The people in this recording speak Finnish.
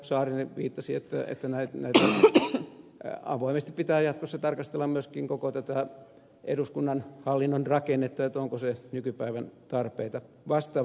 saarinen viittasi että avoimesti pitää jatkossa tarkastella myöskin koko tätä eduskunnan hallinnon rakennetta onko se nykypäivän tarpeita vastaava